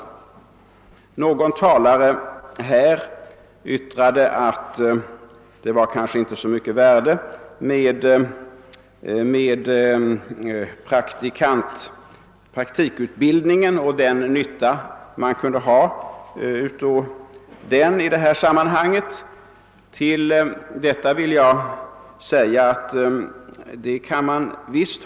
Det var någon talare här som yttrade att man inte kunde ha så stor nytta av praktikutbildningen i detta sammanhang. Jag anser emellertid att man visst kan ha nytta av praktikutbildningen.